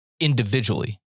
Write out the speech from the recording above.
individually